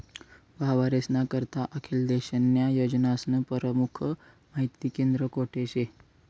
वावरेस्ना करता आखेल देशन्या योजनास्नं परमुख माहिती केंद्र कोठे शे?